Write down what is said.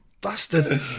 Bastard